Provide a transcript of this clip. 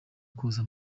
koza